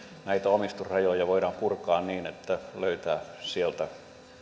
näitä omistusrajoja voidaan purkaa niin että sieltä